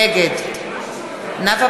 נגד נאוה